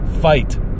fight